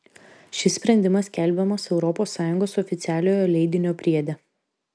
šis sprendimas skelbiamas europos sąjungos oficialiojo leidinio priede